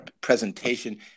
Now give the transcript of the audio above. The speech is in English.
presentation